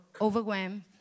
overwhelmed